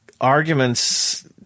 arguments –